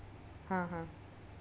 हां हां